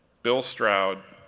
bill stroud,